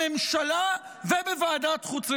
בממשלה ובוועדת חוץ וביטחון,